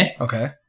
Okay